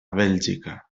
bèlgica